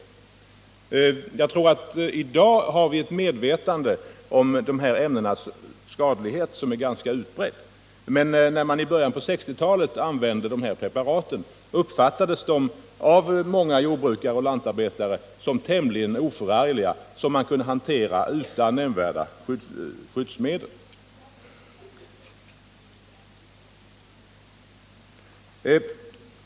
I dag tror jag att medvetandet om de här ämnenas skadlighet är ganska utbrett, men när man i början på 1960-talet använde dessa preparat uppfattades de av många jordbrukare och lantarbetare som tämligen oförargliga ämnen som man kunde hantera utan nämnvärd hänsyn till skyddsmedel.